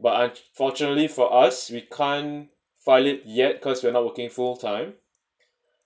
but unfortunately for us we can't file it yet because we are not working full time